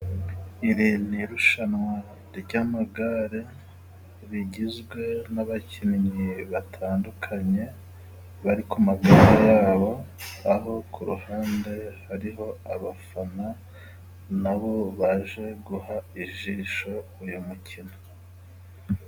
Iri ni irushanwa ry'amagare rigizwe n'abakinnyi batandukanye bari ku magare yabo, aho ku ruhande hariho abafana nabo baje guha ijisho uyu mukino.